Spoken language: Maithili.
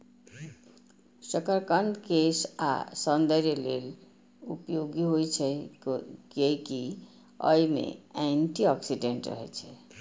शकरकंद केश आ सौंदर्य लेल उपयोगी होइ छै, कियैकि अय मे एंटी ऑक्सीडेंट रहै छै